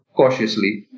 cautiously